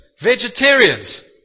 Vegetarians